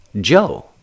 Joe